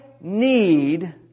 need